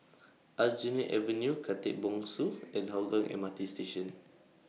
Aljunied Avenue Khatib Bongsu and Hougang M R T Station